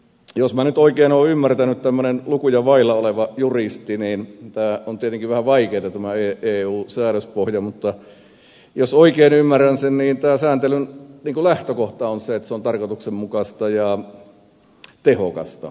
jos minä oikein nyt olen ymmärtänyt kun on tämmöinen lukuja vailla oleva juristi niin tämä eu säädöspohja on tietenkin vähän vaikeata niin tämä sääntelyn lähtökohta on se että se on tarkoituksenmukaista ja tehokasta